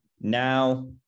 Now